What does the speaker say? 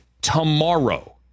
tomorrow